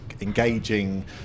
engaging